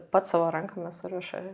pats savo rankomis suriša